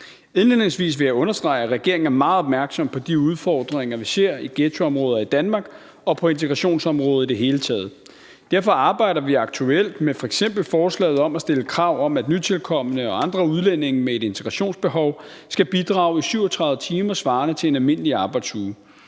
Indledningsvis vil jeg understrege, at regeringen er meget opmærksom på de udfordringer, vi ser i ghettoområder i Danmark og på integrationsområdet i det hele taget. Derfor arbejder vi aktuelt med f.eks. forslaget om at stille krav om, at nytilkomne og andre udlændinge med et integrationsbehov skal bidrage i 37 timer svarende til en almindelig arbejdsuge.